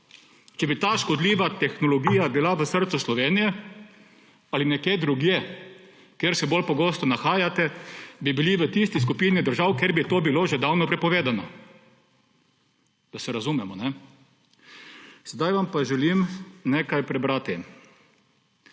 Če bi ta škodljiva tehnologija bila v srcu Slovenije ali nekje drugje, kjer se bolj pogosto nahajate, bi bili v tisti skupini držav, kjer bi to bilo že zdavnaj prepovedano – da se razumemo! Sedaj vam pa želim nekaj prebrati.